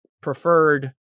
preferred